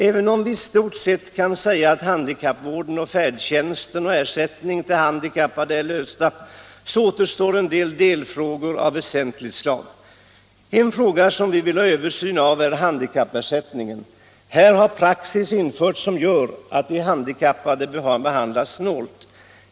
Även om vi i stort sett kan säga att frågorna om handikappvården, färdtjänsten och ersättningen till handikappade är problem som är lösta, återstår vissa delfrågor av väsentligt slag. En fråga som vi vill ha en översyn av är handikappersättningen. Här har en praxis införts som gör att de handikappade behandlas snålt.